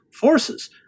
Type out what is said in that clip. forces